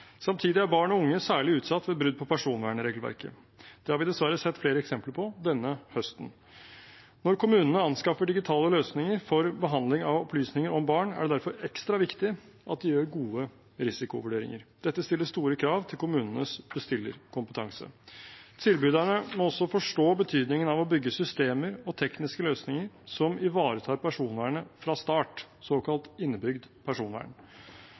Samtidig er barn og unge særlig utsatt ved brudd på personvernregelverket. Det har vi dessverre sett flere eksempler på denne høsten. Når kommunene anskaffer digitale løsninger for behandling av opplysninger om barn, er det derfor ekstra viktig at vi gjør gode risikovurderinger. Dette stiller store krav til kommunenes bestillerkompetanse. Tilbyderne må også forstå betydningen av å bygge systemer og tekniske løsninger som ivaretar personvernet fra start – såkalt innebygd personvern.